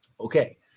Okay